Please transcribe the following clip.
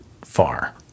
far